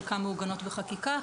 חלקן מעוגנות בחקיקה,